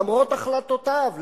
למרות החלטותיו,